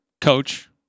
coach